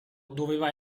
doveva